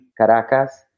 Caracas